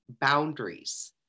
boundaries